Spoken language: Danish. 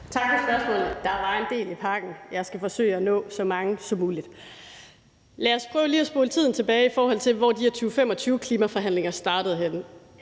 Tak for spørgsmålet. Der var en del i pakken. Jeg skal forsøge at nå så meget som muligt. Lad os prøve lige at spole tiden tilbage, i forhold til hvor de her 2025-klimaforhandlinger startede henne.